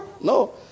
no